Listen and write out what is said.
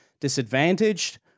disadvantaged